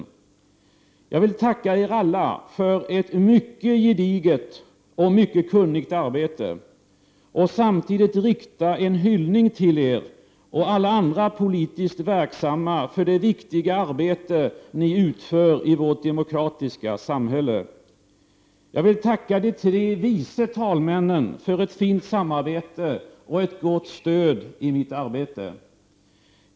Jag vill tacka er alla för ett mycket gediget och mycket kunnigt arbete och samtidigt rikta en hyllning till Er och alla andra politiskt verksamma för det viktiga arbete Ni utför i vårt demokratiska samhälle. Jag vill tacka de tre vice talmännen för ett fint samarbete och ett gott stöd i mitt arbete.